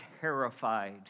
terrified